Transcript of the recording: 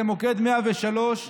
למוקד 103,